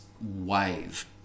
wave